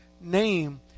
name